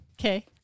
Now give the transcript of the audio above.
Okay